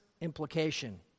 Implication